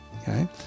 Okay